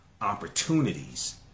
opportunities